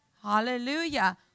hallelujah